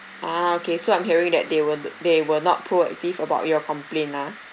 ah okay so I'm hearing that they were they were not proactive about your complaint nah